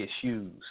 issues